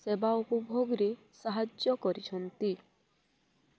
ସେବା ଉପଭୋଗରେ ସାହାଯ୍ୟ କରିଛନ୍ତି